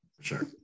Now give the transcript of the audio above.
Sure